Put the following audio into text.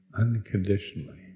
unconditionally